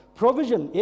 provision